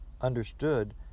understood